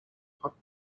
hot